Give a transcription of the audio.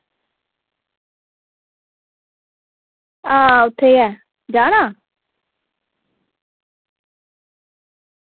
आं उत्थें गै जाना